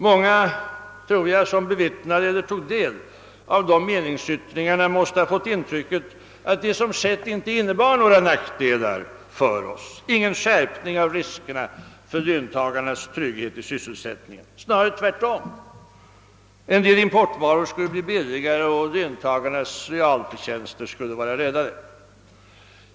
Många som tog del av dessa meningsyttringar måste ha fått intrycket att det som skett inte innebar några nackdelar för oss, ingen skärpning av riskerna för löntagarnas trygghet i sysselsättningen — snarare tvärtom: en del importvaror skulle bli billigare och löntagarnas realförtjänster skulle vara räddade.